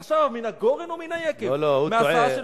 עכשיו, מן הגורן ומן היקב, לא, לא, הוא טועה.